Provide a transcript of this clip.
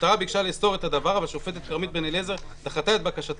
המשטרה ביקשה לאסור את הדבר אבל השופטת כרמית בן אליעזר דחתה את בקשתם.